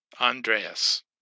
Andreas